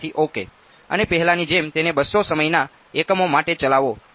વિદ્યાર્થી ઓકે અને પહેલાની જેમ તેને 200 સમયના એકમો માટે ચલાવો